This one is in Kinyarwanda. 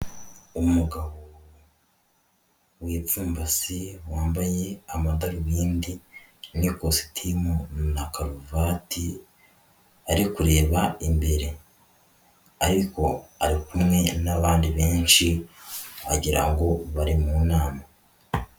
Umugabo wipfumbase wambaye amadarubindi n'ikositimu na karuvati ari kureba imbere ariko ari kumwe n'abandi benshi wagira ngo bari mu nama.